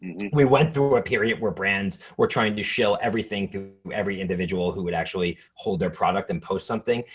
we went through a period where brands were trying to shill everything through every individual who would actually hold their product and post something.